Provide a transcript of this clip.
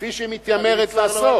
כפי שהיא מתיימרת לעשות.